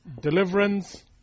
deliverance